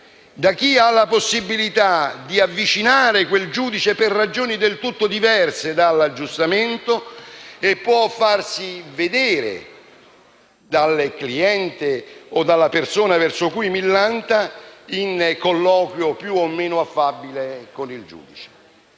da chi ha la possibilità di avvicinare quel giudice per ragioni del tutto diverse dall'aggiustamento, e può farsi vedere dal cliente o dalla persona verso cui millanta in colloquio più o meno affabile con il giudice.